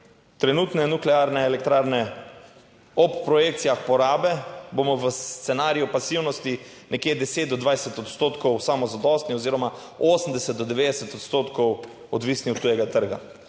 trenutne nuklearne elektrarne, ob projekcijah porabe, bomo v scenariju pasivnosti nekje 10 do 20 odstotkov samozadostni oziroma 80 do 90 odstotkov odvisni od tujega trga.